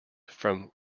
from